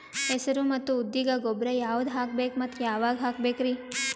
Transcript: ಹೆಸರು ಮತ್ತು ಉದ್ದಿಗ ಗೊಬ್ಬರ ಯಾವದ ಹಾಕಬೇಕ ಮತ್ತ ಯಾವಾಗ ಹಾಕಬೇಕರಿ?